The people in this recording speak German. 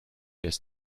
ist